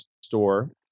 Store